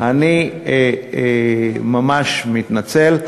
אני ממש מתנצל.